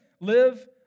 Live